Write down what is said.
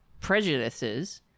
prejudices